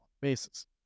bases